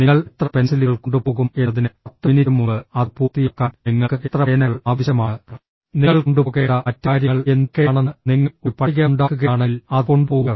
നിങ്ങൾ എത്ര പെൻസിലുകൾ കൊണ്ടുപോകും എന്നതിന് പത്ത് മിനിറ്റ് മുമ്പ് അത് പൂർത്തിയാക്കാൻ നിങ്ങൾക്ക് എത്ര പേനകൾ ആവശ്യമാണ് നിങ്ങൾ കൊണ്ടുപോകേണ്ട മറ്റ് കാര്യങ്ങൾ എന്തൊക്കെയാണെന്ന് നിങ്ങൾ ഒരു പട്ടിക ഉണ്ടാക്കുകയാണെങ്കിൽ അത് കൊണ്ടുപോവുക